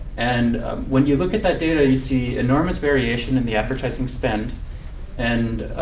and when you look at that data, you see enormous variation in the advertising spend and